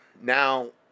now